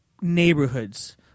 neighborhoods